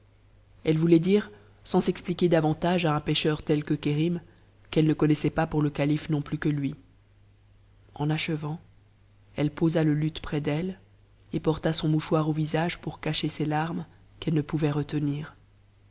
elle voulait dire sans s'expliquer davantage à un pêcheur tel que kérim qu'elle ne connaissait pas our le calife non plus que lui en achevant elle posa le luth près d'elle et porta son mouchoir au visage pour cacher ses larmes qu'elle ne pouvait retenir